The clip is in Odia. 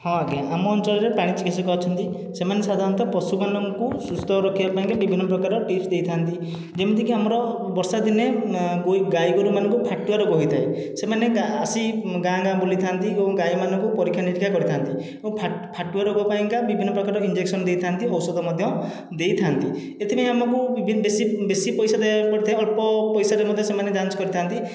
ହଁ ଆଜ୍ଞା ଆମ ଅଞ୍ଚଳରେ ପ୍ରାଣୀ ଚିକିତ୍ସକ ଅଛନ୍ତି ସେମାନେ ସାଧାରଣତଃ ପଶୁମାନଙ୍କୁ ସୁସ୍ଥ ରଖିବା ପାଇଁକି ବିଭିନ୍ନ ପ୍ରକାର ଟିପ୍ସ୍ ଦେଇଥାନ୍ତି ଯେମିତିକି ଆମର ବର୍ଷା ଦିନେ ଗୋ ଗାଈଗୋରୁମାନଙ୍କୁ ଫାଟୁଆ ରୋଗ ହେଇଥାଏ ସେମାନେ ଗା ଆସି ଗାଁ ଗାଁ ବୁଲିଥାନ୍ତି ଏବଂ ଗାଈମାନଙ୍କୁ ପରୀକ୍ଷା ନିରୀକ୍ଷା କରିଥାନ୍ତି ଏବଂ ଫାଟୁ ଫାଟୁଆ ରୋଗ ପାଇଁକା ବିଭିନ୍ନ ପ୍ରକାର ଇଞ୍ଜେକ୍ସନ୍ ଦେଇଥାନ୍ତି ଔଷଧ ମଧ୍ୟ ଦେଇଥାନ୍ତି ଏଥିପାଇଁ ଆମକୁ ବିଭି ବେଶୀ ବେଶୀ ପଇସା ଦେବାକୁ ପଡ଼ିଥାଏ ଅଳ୍ପ ପଇସାରେ ମଧ୍ୟ ସେମାନେ ଯାଞ୍ଚ କରିଥାନ୍ତି